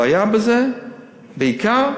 הבעיה בזה, בעיקר,